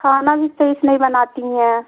खाना भी सही से नहीं बनाती हैं